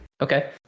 okay